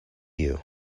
you